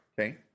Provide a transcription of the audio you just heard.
Okay